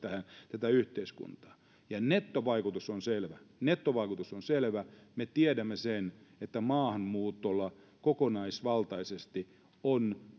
tätä yhteiskuntaa ja nettovaikutus on selvä nettovaikutus on selvä me tiedämme sen että maahanmuutolla kokonaisvaltaisesti